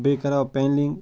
بیٚیہِ کَرہَو پٮ۪نٛلِنٛگ